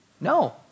No